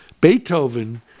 Beethoven